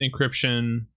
encryption